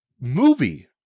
movie